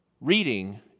Reading